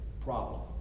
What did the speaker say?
problem